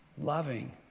Loving